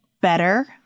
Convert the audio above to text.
better